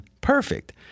perfect